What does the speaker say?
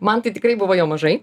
man tai tikrai buvo jo mažai